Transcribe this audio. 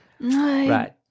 Right